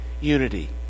unity